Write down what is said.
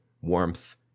warmth